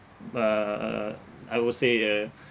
uh I would say uh